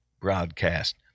broadcast